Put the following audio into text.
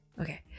Okay